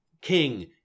King